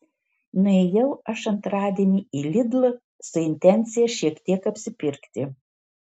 nuėjau aš antradienį į lidl su intencija šiek tiek apsipirkti